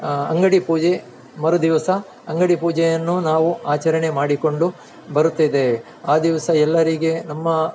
ಅಂಗಡಿ ಪೂಜೆ ಮರು ದಿವಸ ಅಂಗಡಿ ಪೂಜೆಯನ್ನು ನಾವು ಆಚರಣೆ ಮಾಡಿಕೊಂಡು ಬರುತ್ತಿದ್ದೇವೆ ಆ ದಿವಸ ಎಲ್ಲರಿಗೆ ನಮ್ಮ